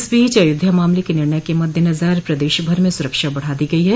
इस बीच अयोध्या मामले के निर्णय के मददेनजर प्रदेश भर में सुरक्षा बढ़ा दी गई है